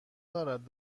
دارد